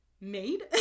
made